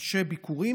נרשה ביקורים,